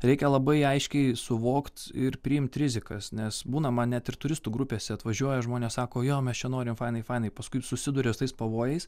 reikia labai aiškiai suvokt ir priimt rizikas nes būna man net ir turistų grupėse atvažiuoja žmonės sako jo mes čia norim fainai fainai paskui susiduria su tais pavojais